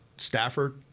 Stafford